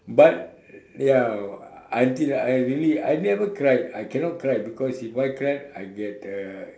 but ya I think I really I never cry I cannot cry because if I cry I get a